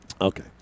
Okay